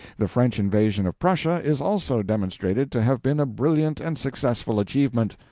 the french invasion of prussia is also demonstrated to have been a brilliant and successful achievement.